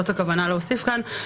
הכוונה להוסיף כאן,